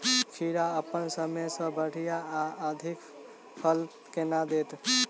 खीरा अप्पन समय सँ बढ़िया आ अधिक फल केना देत?